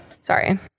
Sorry